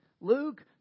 Luke